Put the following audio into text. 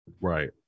Right